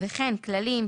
וכן כללים,